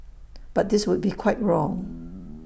but this would be quite wrong